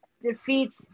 defeats